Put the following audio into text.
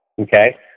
Okay